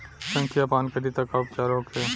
संखिया पान करी त का उपचार होखे?